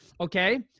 Okay